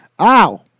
Ow